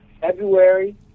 February